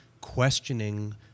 questioning